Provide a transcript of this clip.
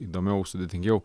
įdomiau sudėtingiau